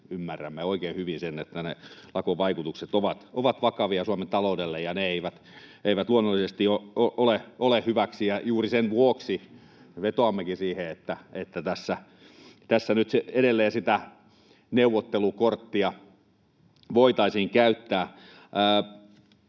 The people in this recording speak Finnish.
ymmärrämme oikein hyvin sen, että lakon vaikutukset ovat vakavia Suomen taloudelle ja ne eivät luonnollisesti ole hyväksi, ja juuri sen vuoksi vetoammekin, että tässä edelleen neuvottelukorttia voitaisiin käyttää.